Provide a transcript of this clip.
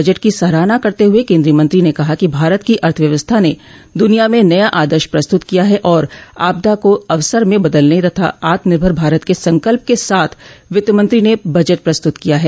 budget की सराहना करते हुए केन्द्रीय मंत्री ने कहा कि भारत की अर्थव्यवस्था ने दुनिया में नया आदर्श प्रस्तुत किया है और आपदा को अवसर में बदलने तथा आत्मनिर्भर भारत के संकल्प के साथ वित्त मंत्री ने बजट प्रस्तुत किया है